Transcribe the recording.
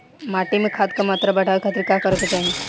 माटी में खाद क मात्रा बढ़ावे खातिर का करे के चाहीं?